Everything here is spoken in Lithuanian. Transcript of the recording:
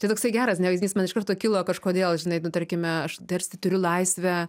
čia toksai geras ane vaizdinys man iš karto kilo kažkodėl žinai nu tarkime aš tarsi turiu laisvę